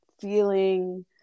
feeling